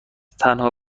تنها